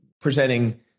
presenting